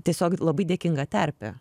tiesiog labai dėkingą terpę